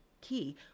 key